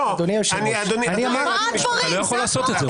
אדוני היושב-ראש --- אתה לא יכול לעשות את זה.